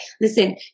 listen